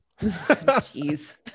Jeez